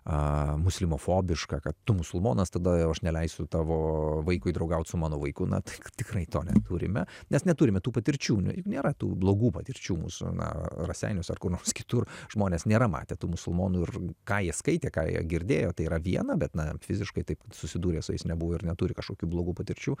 a musulmofobiška kad tu musulmonas tada aš neleisiu tavo vaikui draugaut su mano vaiku na t tikrai to neturime mes neturime tų patirčių nėra tų blogų patirčių mūsų na ra raseiniuos ar kur nors kitur žmonės nėra matę tų musulmonų ir ką jie skaitė ką jie girdėjo tai yra viena bet na fiziškai taip susidūrę su jais nebuvo ir neturi kažkokių blogų patirčių